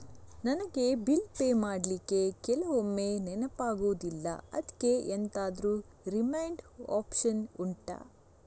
ನನಗೆ bill pay ಮಾಡ್ಲಿಕ್ಕೆ ಕೆಲವೊಮ್ಮೆ ನೆನಪಾಗುದಿಲ್ಲ ಅದ್ಕೆ ಎಂತಾದ್ರೂ ರಿಮೈಂಡ್ ಒಪ್ಶನ್ ಉಂಟಾ